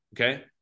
Okay